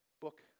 book